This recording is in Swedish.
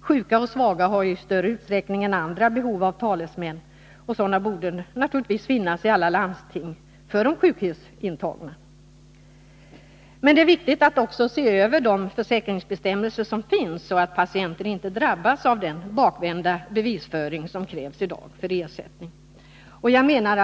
Sjuka och svaga har i större utsträckning än andra behov av talesmän, och sådana borde finnas i alla landsting för de sjukhusintagna. Men det är också viktigt att se över de försäkringsbestämmelser som i dag gäller, så att patienterna inte drabbas av den omvända bevisföring som krävs för att man skall få ersättning. Jag anser